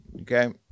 Okay